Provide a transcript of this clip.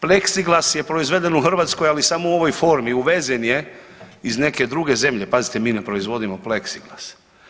Pleksiglas je proizveden u Hrvatskoj ali samo u ovoj formi, uvezen je iz neke druge zemlje, pazite mi ne proizvoditi pleksiglas.